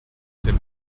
dem